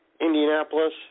Indianapolis